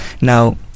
now